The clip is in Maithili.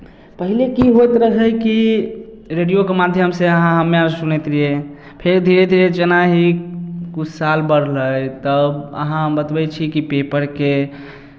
पहिले की होइत रहय कि रेडियोके माध्यमसँ अहाँ हमरा अर सुनैत रहियै फेर धीरे धीरे जेना ई किछु साल बढ़लै तब अहाँ बतबै छी कि पेपरके